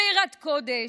ביראת קודש,